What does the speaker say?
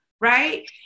right